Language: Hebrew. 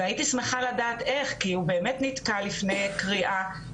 והייתי שמחה לדעת איך כי הוא באמת נתקע לפני קריאה,